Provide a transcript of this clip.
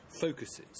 focuses